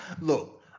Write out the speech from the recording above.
look